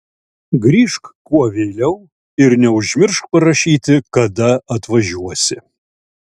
grįžk kuo vėliau ir neužmiršk parašyti kada atvažiuosi